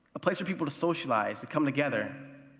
a place for people to socialize and come together.